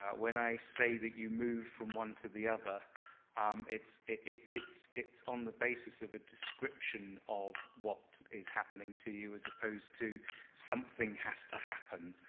ah when i say that you move from one to the other it's it's it's it's on the basis of a description of what is happening to you, as opposed to something has to happen.